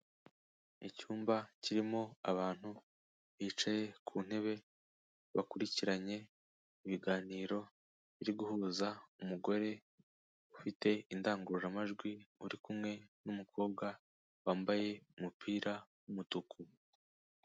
Icyumba kirimo abantu bicaye ku ntebe bakurikiranye ibiganiro biri guhuza umugore ufite indangururamajwi uri kumwe n'umukobwa wambaye umupira w'umutuku.